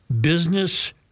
Business